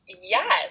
Yes